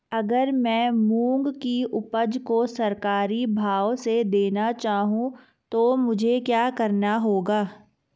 अगर मैं मूंग की उपज को सरकारी भाव से देना चाहूँ तो मुझे क्या करना होगा?